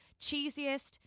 cheesiest